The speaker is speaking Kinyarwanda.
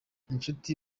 inshuti